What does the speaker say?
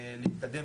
להתקדם.